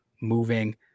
moving